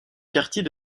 quartier